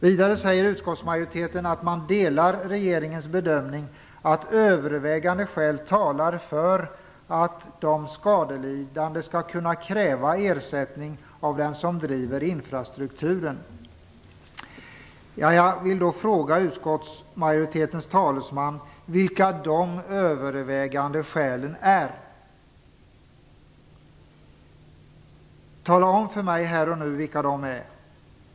Vidare säger utskottsmajoriteten att man delar regeringens bedömning att övervägande skäl talar för att de skadelidande skall kunna kräva ersättning av den som driver infrastrukturen. Jag vill då fråga utskottsmajoritetens talesman vilka de övervägande skälen är. Tala om för mig här och nu vilka de är!